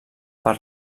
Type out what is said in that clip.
per